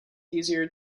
easier